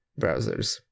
browsers